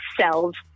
cells